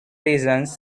reasons